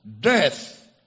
death